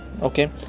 Okay